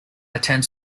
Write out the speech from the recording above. attend